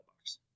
box